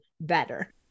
better